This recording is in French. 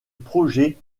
projet